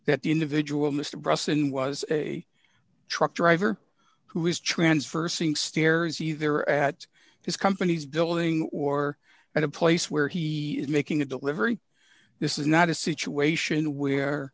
that individual mr brotherson was a truck driver who is transversing stairs either at his company's building or at a place where he is making a delivery this is not a situation